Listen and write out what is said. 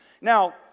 Now